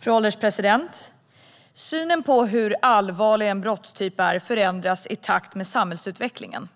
Fru ålderspresident! Synen på hur allvarlig en brottstyp är förändras i takt med samhällsutvecklingen.